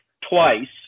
twice